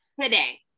today